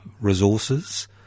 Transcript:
resources